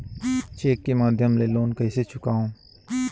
Cheque के माध्यम ले लोन कइसे चुकांव?